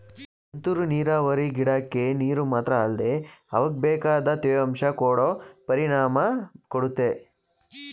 ತುಂತುರು ನೀರಾವರಿ ಗಿಡಕ್ಕೆ ನೀರು ಮಾತ್ರ ಅಲ್ದೆ ಅವಕ್ಬೇಕಾದ ತೇವಾಂಶ ಕೊಡ ಪರಿಣಾಮ ಕೊಡುತ್ತೆ